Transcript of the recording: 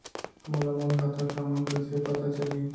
मोला मोर खाता क्रमाँक कइसे पता चलही?